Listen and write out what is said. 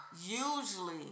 usually